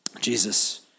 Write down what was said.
Jesus